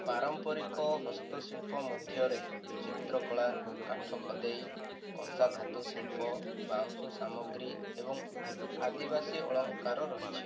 ପାରମ୍ପରିକ ହସ୍ତଶିଳ୍ପ ମଧ୍ୟରେ ଚିତ୍ରକଳା କାଠ ଖୋଦେଇ କଂସା ଧାତୁ ଶିଳ୍ପ ବାଉଁଶ ସାମଗ୍ରୀ ଏବଂ ଆଦିବାସୀ ଅଳଙ୍କାର ରହିଛି